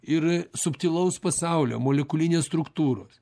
ir subtilaus pasaulio molekulinės struktūros